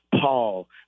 Paul